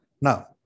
Now